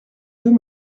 deux